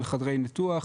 אותו מספר של חדרי ניתוח,